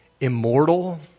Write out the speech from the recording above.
immortal